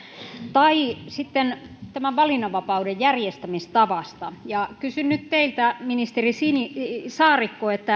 tai tämän valinnanvapauden järjestämistavasta ja kysyn nyt teiltä ministeri saarikko